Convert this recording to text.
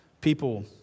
People